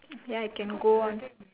ya can go on